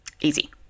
easy